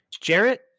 Jarrett